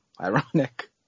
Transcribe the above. ironic